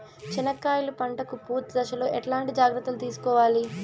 చెనక్కాయలు పంట కు పూత దశలో ఎట్లాంటి జాగ్రత్తలు తీసుకోవాలి?